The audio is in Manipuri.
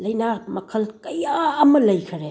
ꯂꯥꯏꯅꯥ ꯃꯈꯜ ꯀꯌꯥ ꯑꯃ ꯂꯩꯈꯔꯦ